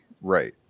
right